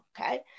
Okay